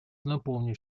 напомнить